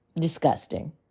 Disgusting